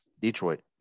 Detroit